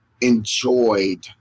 enjoyed